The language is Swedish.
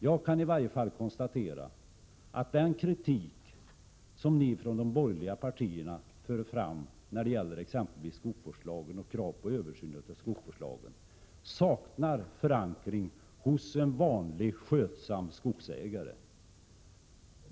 Jag kan i varje fall konstatera att den kritik som ni från de borgerliga partierna för fram mot skogsvårdslagen och era krav på en översyn av densamma saknar förankring hos skötsamma skogsägare.